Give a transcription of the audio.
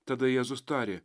tada jėzus tarė